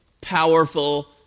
powerful